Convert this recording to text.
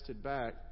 back